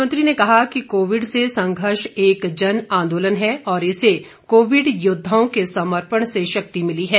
मोदी ने कहा कि कोविड से संघर्ष एक जन आंदोलन है और इसे कोविड योद्वाओं के समर्पण से शक्ति मिली है